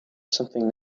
something